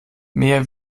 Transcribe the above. mehr